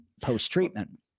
post-treatment